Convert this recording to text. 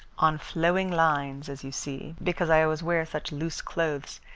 on flowing lines, as you see, because i always wear such loose clothes,